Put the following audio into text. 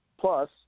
Plus